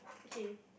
okay